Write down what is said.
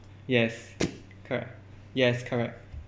yes correct yes correct